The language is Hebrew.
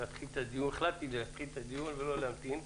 החלטתי להתחיל את הדיון ולא להמתין.